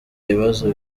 bibazo